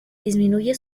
disminuye